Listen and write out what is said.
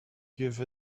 give